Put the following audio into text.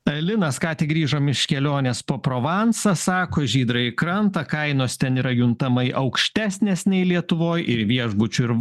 linas ką tik grįžom iš kelionės po provansą sako žydrąjį krantą kainos ten yra juntamai aukštesnės nei lietuvoj ir viešbučių ir